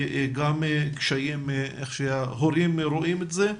וגם קשיים איך שההורים רואים את זה.